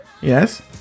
Yes